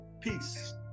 peace